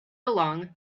along